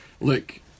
look